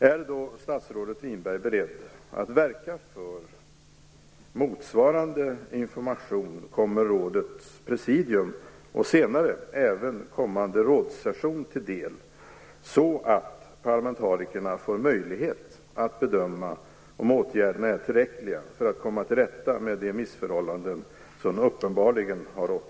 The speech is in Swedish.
Är statsrådet Winberg beredd att verka för att motsvarande information kommer rådets presidium och senare även kommande rådssession till del så att parlamentarikerna får möjlighet att bedöma om åtgärderna är tillräckliga för att komma till rätta med de missförhållanden som uppenbarligen har rått?